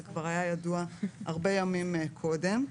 זה כבר היה ידוע הרבה ימים קודם לכן.